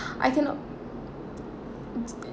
I cannot